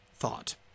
Thought